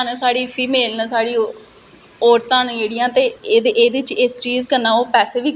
अस art and craft करने आं ते जेहडे़ आर्टिस्ट लोक होंदे ना जेहडे आर्ट एंड कराफट ड्रांइग करदे ना